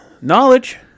Knowledge